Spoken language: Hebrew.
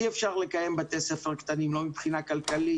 אי אפשר לקיים בתי-ספר קטנים - לא מבחינה כלכלית,